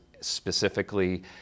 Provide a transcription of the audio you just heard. specifically